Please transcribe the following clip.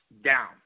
down